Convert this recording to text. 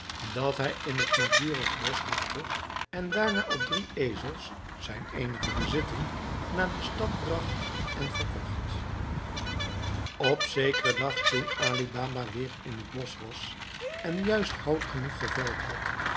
dat hij in het naburige bosch hakte en daarna op drie ezels zijn eenige bezitting naar de stad bracht en verkocht op zekeren dag toen ali baba weer in het bosch was en juist hout genoeg geveld had